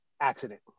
accident